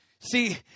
See